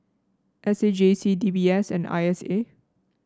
S A J C D B S and I S A